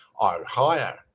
Ohio